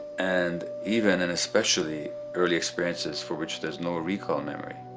and even and especially early experiences for which there is no recall memory.